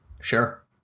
Sure